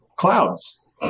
Clouds